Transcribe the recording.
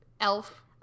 Elf